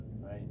right